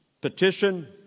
petition